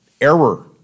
Error